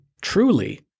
truly